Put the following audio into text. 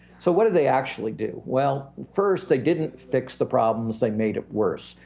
so what did they actually do. well, first they didn't fix the problems, they made it worse,